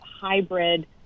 hybrid